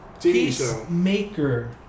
Peacemaker